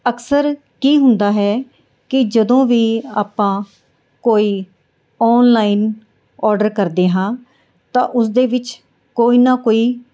ਅਕਸਰ ਕੀ ਹੁੰਦਾ ਹੈ ਕਿ ਜਦੋਂ ਵੀ ਆਪਾਂ ਕੋਈ ਔਨਲਾਈਨ ਔਡਰ ਕਰਦੇ ਹਾਂ ਤਾਂ ਉਸਦੇ ਵਿੱਚ ਕੋਈ ਨਾ ਕੋਈ